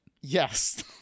Yes